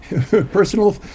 Personal